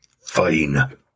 Fine